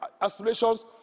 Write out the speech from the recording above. aspirations